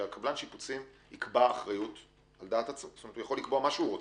שקבלן השיפוצים יכול לקבוע מה שהוא רוצה.